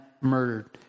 murdered